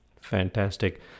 fantastic